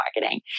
marketing